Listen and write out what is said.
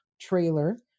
trailer